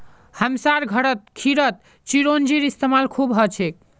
हमसार घरत खीरत चिरौंजीर इस्तेमाल खूब हछेक